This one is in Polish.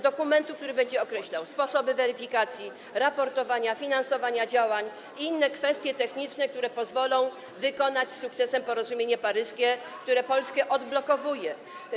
Dokumentu, który będzie określał sposoby weryfikacji, raportowania, finansowania działań i inne kwestie techniczne, które pozwolą wykonać z sukcesem porozumienie paryskie, które Polskę odblokowuje.